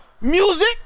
Music